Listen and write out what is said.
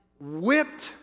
whipped